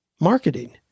marketing